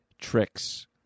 tricks